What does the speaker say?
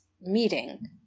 meeting